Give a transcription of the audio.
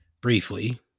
briefly